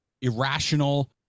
irrational